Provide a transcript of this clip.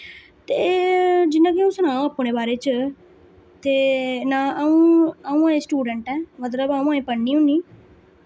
ते जि'यां कि अ'ऊं सनांऽ अपने बारे च ते ना अ'ऊं अ'ऊं अजें स्टूडैंट ऐ मतलब अ'ऊं अजें पढ़नी होन्नी